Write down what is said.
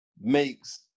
makes